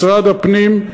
משרד הפנים,